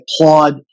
applaud